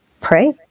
pray